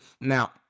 Now